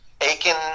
Aiken